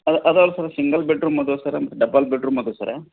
ಅದು ಅದು ಹೌದು ಸರ್ ಸಿಂಗಲ್ ಬೆಡ್ರೂಮ್ ಅದಾವ ಸರ್ ಡಬಲ್ ಬೆಡ್ರೂಮ್ ಅದಾವ ಸರ್